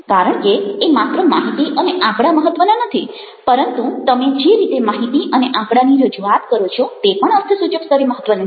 કારણ કે એ માત્ર માહિતી અને આંકડા મહત્ત્વના નથી પરંતુ તમે જે રીતે માહિતી અને આંકડાની રજૂઆત કરો છો તે પણ અર્થસૂચક સ્તરે મહત્ત્વનું છે